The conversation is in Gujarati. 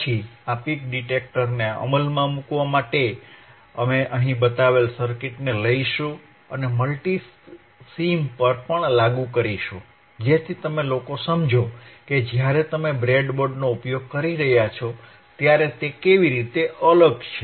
પછી આ પીક ડિટેક્ટરને અમલમાં મૂકવા માટે અમે અહીં બતાવેલ સર્કિટ લઈશું અને તે મલ્ટિસિમ પર પણ લાગુ કરીશું જેથી તમે લોકો સમજો કે જ્યારે તમે બ્રેડબોર્ડનો ઉપયોગ કરી રહ્યા છો ત્યારે તે કેવી રીતે અલગ છે